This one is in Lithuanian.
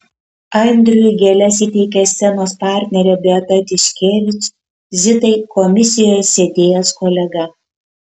andriui gėles įteikė scenos partnerė beata tiškevič zitai komisijoje sėdėjęs kolega